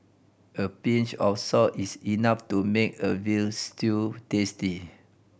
a pinch of salt is enough to make a veal stew tasty